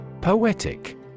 Poetic